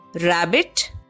Rabbit